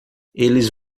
eles